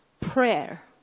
Prayer